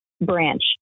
branch